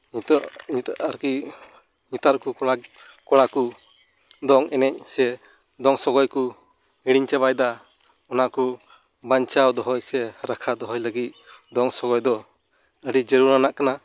ᱱᱤᱛᱳᱜ ᱱᱤᱛᱳᱜ ᱟᱨᱠᱤ ᱱᱮᱛᱟᱨ ᱠᱚ ᱠᱚᱲᱟ ᱠᱩ ᱫᱚᱝ ᱮᱱᱮᱡ ᱥᱮ ᱫᱚᱝ ᱥᱚᱜᱚᱭ ᱠᱚ ᱦᱤᱲᱤᱧ ᱪᱟᱵᱟᱭᱮᱫᱟ ᱚᱱᱟ ᱠᱩ ᱵᱟᱧᱪᱟᱣ ᱫᱚᱦᱚᱭ ᱥᱮ ᱨᱟᱠᱷᱟ ᱫᱚᱦᱚᱭ ᱞᱟᱹᱜᱤᱫ ᱫᱚᱝ ᱥᱚᱜᱚᱭ ᱫᱚ ᱟᱹᱰᱤ ᱡᱟᱹᱨᱩᱲᱟᱱᱟᱜ ᱠᱟᱱᱟ